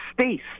space